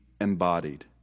embodied